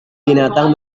binatang